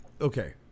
Okay